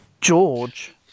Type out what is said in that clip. George